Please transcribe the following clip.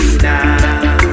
now